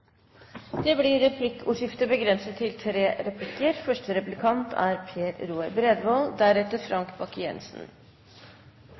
Det blir replikkordskifte, begrenset til tre replikker. Først vil jeg si at jeg synes det er